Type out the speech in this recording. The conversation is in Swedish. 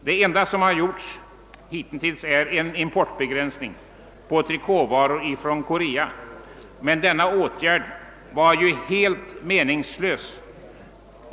Den enda åtgärd som regeringen hittills har vidtagit är en importbegränsning på trikåvaror från Sydkorea. Denna åtgärd var emellertid helt meningslös.